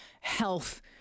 health